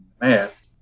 math